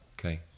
Okay